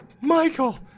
Michael